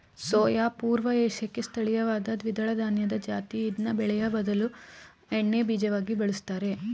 soya ಪೂರ್ವ ಏಷ್ಯಾಕ್ಕೆ ಸ್ಥಳೀಯವಾದ ದ್ವಿದಳಧಾನ್ಯದ ಜಾತಿ ಇದ್ನ ಬೇಳೆಯ ಬದಲು ಎಣ್ಣೆಬೀಜವಾಗಿ ಬಳುಸ್ತರೆ